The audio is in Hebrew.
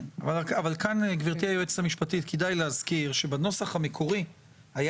כאן גברתי היועצת המשפטית כדאי להזכיר שבנוסח המקורי היה